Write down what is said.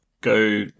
go